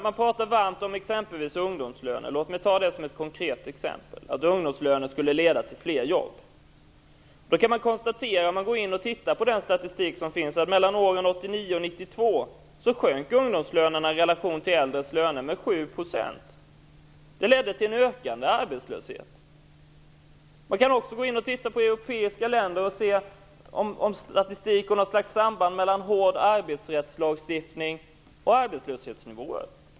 Man pratar varmt om exempelvis ungdomslöner och att de skulle leda till fler jobb. Låt mig ta det som ett konkret exempel. Om man tittar på statistiken kan man konstatera att mellan åren 1989 och 1992 sjönk ungdomslönerna i relation till de äldres löner med 7 %. Det ledde till en ökande arbetslöshet. Man kan också se på statistiken i andra länder i Europa om det finns något samband mellan en hård arbetsrättslagstiftning och arbetslöshetsnivåerna.